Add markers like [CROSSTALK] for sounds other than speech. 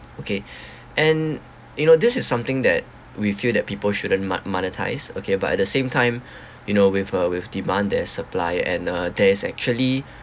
okay [BREATH] and you know this is something that we feel that people shouldn't mo~ monetize okay but at the same time [BREATH] you know with a with demand there is supply and uh there's actually